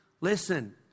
Listen